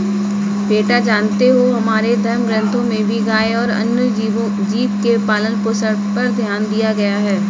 बेटा जानते हो हमारे धर्म ग्रंथों में भी गाय और अन्य जीव के पालन पोषण पर ध्यान दिया गया है